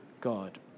God